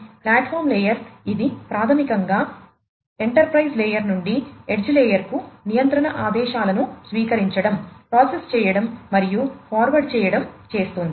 platform layer ఇది ప్రాథమికంగా enterprise layer నుండి ఎడ్జ్ లేయర్కు నియంత్రణ ఆదేశాలను స్వీకరించడం ప్రాసెస్ చేయడం మరియు ఫార్వార్డ్ చేయడం చేస్తుంది